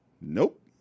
Nope